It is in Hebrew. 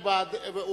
ובעדין,